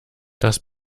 das